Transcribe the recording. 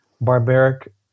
barbaric